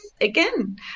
again